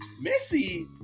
missy